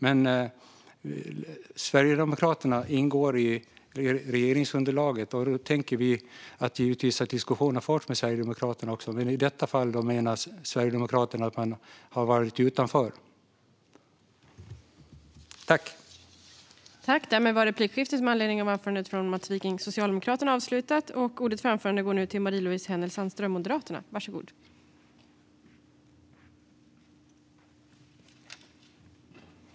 Men Sverigedemokraterna ingår i regeringsunderlaget, och därför tänker vi givetvis att diskussionen har förts med Sverigedemokraterna. I detta fall menar dock Sverigedemokraterna att man har varit utanför.